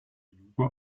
juba